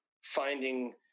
finding